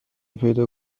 پیدا